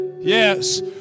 Yes